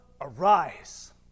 arise